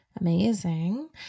amazing